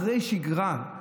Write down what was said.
אחרי שגרה,